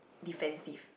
defensive